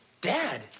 Dad